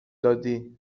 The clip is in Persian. دادی